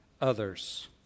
others